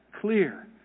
clear